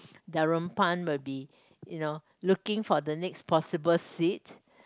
Darunpan will be you know looking for the next possible seat